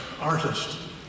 artist